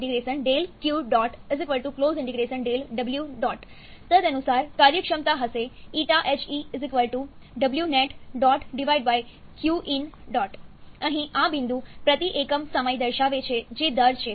Q W તદનુસાર કાર્યક્ષમતા હશે ƞHE WnetQin અહીં આ બિંદુ પ્રતિ એકમ સમય દર્શાવે છે જે દર છે